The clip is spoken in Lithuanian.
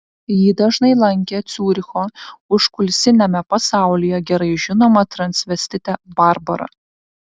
jį dažnai lankė ciuricho užkulisiniame pasaulyje gerai žinoma transvestitė barbara